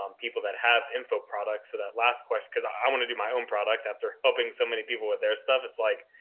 um people that have info products. so that last question, cause i want to do my own product after helping so many people with their stuff, it's like,